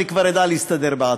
אני כבר אדע להסתדר בעתיד.